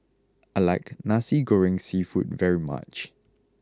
I like Nasi Goreng Seafood very much